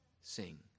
sing